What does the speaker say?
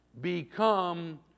become